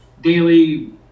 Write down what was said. daily